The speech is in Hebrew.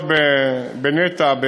הרשויות בנת"ע,